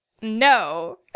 No